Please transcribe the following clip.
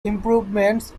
improvements